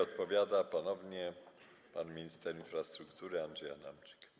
Odpowiada ponownie pan minister infrastruktury Andrzej Adamczyk.